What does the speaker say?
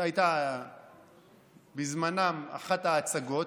זו הייתה בזמנם אחת ההצגות.